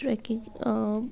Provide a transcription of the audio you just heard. trekking